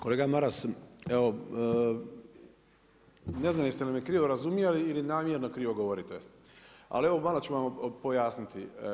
Kolega Maras, evo ne znam jeste li me krivo razumjeli ili namjerno krivo govorite, ali evo malo ću vam pojasniti.